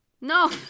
No